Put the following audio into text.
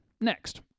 Next